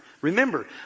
remember